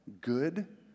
good